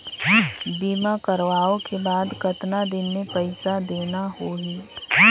बीमा करवाओ के बाद कतना दिन मे पइसा देना हो ही?